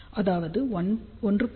அதாவது 1